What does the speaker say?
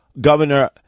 Governor